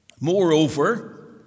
Moreover